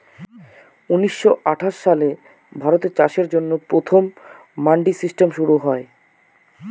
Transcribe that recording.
উনিশশো আঠাশ সালে ভারতে চাষের জন্য প্রথম মান্ডি সিস্টেম শুরু করা হয়